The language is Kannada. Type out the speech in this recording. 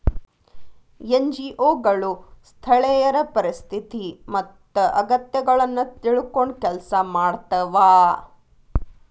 ಎನ್.ಜಿ.ಒ ಗಳು ಸ್ಥಳೇಯರ ಪರಿಸ್ಥಿತಿ ಮತ್ತ ಅಗತ್ಯಗಳನ್ನ ತಿಳ್ಕೊಂಡ್ ಕೆಲ್ಸ ಮಾಡ್ತವಾ